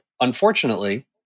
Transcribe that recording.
unfortunately